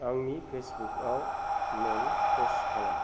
आंनि फेसफुकआव लल पस्ट खालाम